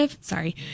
sorry